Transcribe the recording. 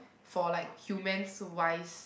for like humans wise